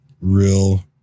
real